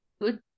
good